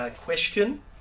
question